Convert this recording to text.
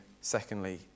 secondly